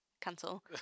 cancel